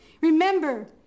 remember